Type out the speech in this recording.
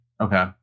okay